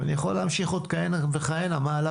ואני יכול להמשיך עוד כהנה וכהנה מה עלה